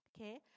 Okay